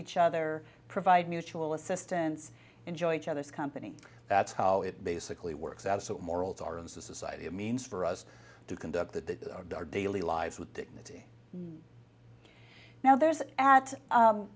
each other provide mutual assistance enjoy each other's company that's how it basically works out so morals are in society a means for us to conduct the daily lives with dignity now there is at